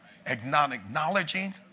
acknowledging